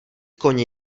koně